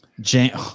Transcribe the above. jane